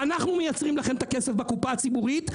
אנחנו מייצרים לכם את הכסף בקופה הציבורית.